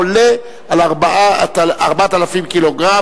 עברה בקריאה טרומית,